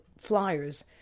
flyers